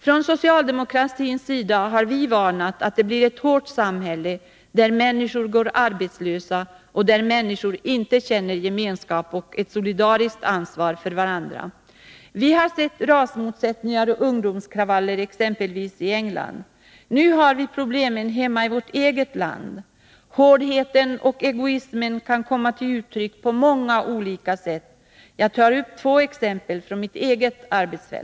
Från socialdemokratins sida har vi varnat för att det blir ett hårt samhälle där människor går arbetslösa och där människor inte känner gemenskap och ett solidariskt ansvar för varandra. Vi har sett rasmotsättningar och ungdomskravaller exempelvis i England. Nu har vi problemen hemma i vårt eget land. Hårdheten och egoismen kan Nr 17 komma till uttryck på många olika sätt. Jag tar upp två exempel från mitt eget Onsdagen den arbetsfält.